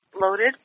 loaded